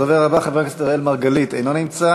הדובר הבא, חבר הכנסת אראל מרגלית, אינו נמצא.